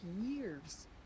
years